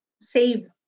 Save